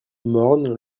morne